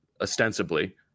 ostensibly